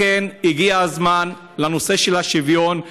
לכן הגיע הזמן לנושא של השוויון.